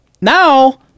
now